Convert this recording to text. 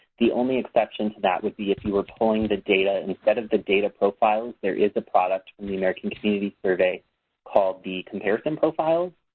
the only exception to that would be if you were pulling the data instead of the data profiles there is a product in the american community survey called the comparison profiles.